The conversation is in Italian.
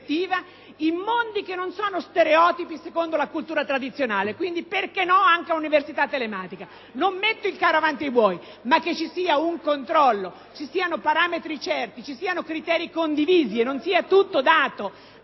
in mondi che non sono stereotipi, secondo la cultura tradizionale. Quindi, perché no, anche l'università telematica. Non metto il carro davanti ai buoi, ma che ci siano un controllo, parametri certi, criteri condivisi e non sia tutto dato